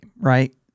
right